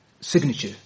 signature